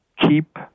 keep